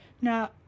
Now